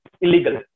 illegal